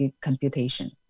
computation